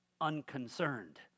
unconcerned